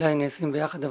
שאולי נעשים ביחד,